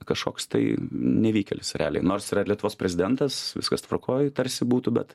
kažkoks tai nevykėlis realiai nors yra lietuvos prezidentas viskas tvarkoj tarsi būtų bet